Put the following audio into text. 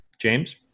James